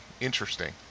Interesting